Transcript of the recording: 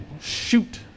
shoot